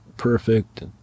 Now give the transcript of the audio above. perfect